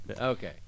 Okay